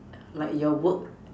like your work